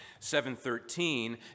7.13